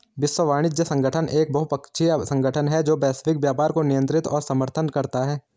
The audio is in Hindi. विश्व वाणिज्य संगठन एक बहुपक्षीय संगठन है जो वैश्विक व्यापार को नियंत्रित और समर्थन करता है